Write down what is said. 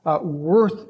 worth